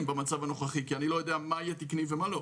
במצב הנוכחי כי אני לא יודע מה יהיה תקני ומה לא.